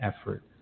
effort